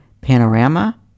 Panorama